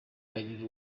kagira